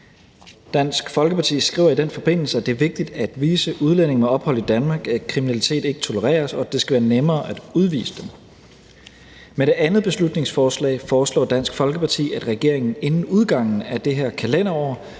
Dansk Folkeparti skriver i den forbindelse, at det er vigtigt at vise udlændinge med ophold i Danmark, at kriminalitet ikke tolereres, og at det skal være nemmere at udvise dem. Med det andet beslutningsforslag foreslår Dansk Folkeparti, at regeringen inden udgangen af det her kalenderår